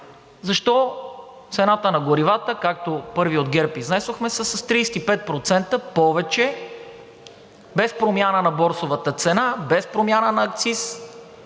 защо цената на горивата, както първи от ГЕРБ изнесохме, са с 35% повече без промяна на борсовата цена, без промяна на акциз,